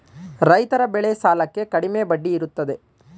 ರೈತರ ಬೆಳೆ ಸಾಲಕ್ಕೆ ಕಡಿಮೆ ಬಡ್ಡಿ ಇರುತ್ತದೆ